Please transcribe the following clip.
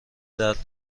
درد